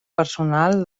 personal